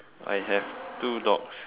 I have two dogs